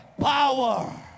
power